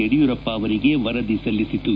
ಯಡಿಯೂರಪ್ಪ ಅವರಿಗೆ ವರದಿ ಸಲ್ಲಿಸಿತು